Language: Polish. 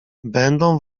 będą